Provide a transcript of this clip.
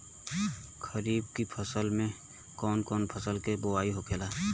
खरीफ की फसल में कौन कौन फसल के बोवाई होखेला?